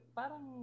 parang